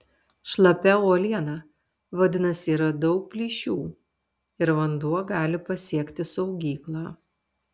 šlapia uoliena vadinasi yra daug plyšių ir vanduo gali pasiekti saugyklą